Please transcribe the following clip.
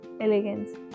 elegance